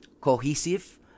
cohesive